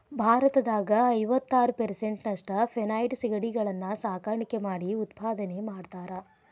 ಭಾರತದಾಗ ಐವತ್ತಾರ್ ಪೇರಿಸೆಂಟ್ನಷ್ಟ ಫೆನೈಡ್ ಸಿಗಡಿಗಳನ್ನ ಸಾಕಾಣಿಕೆ ಮಾಡಿ ಉತ್ಪಾದನೆ ಮಾಡ್ತಾರಾ